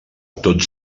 tots